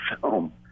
film